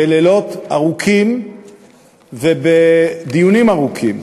בלילות ארוכים ובדיונים ארוכים,